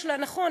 נכון,